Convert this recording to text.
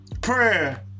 prayer